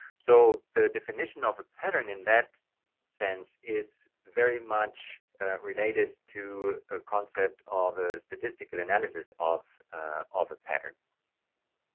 so the definition of a pattern in that sense is very much related to a concept of a statistical analysis of of a pattern.